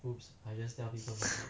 I just now